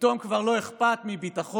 פתאום כבר לא אכפת מביטחון,